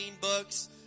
books